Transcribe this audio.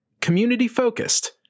community-focused